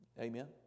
Amen